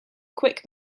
quick